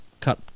cut